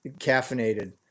caffeinated